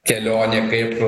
kelionė kaip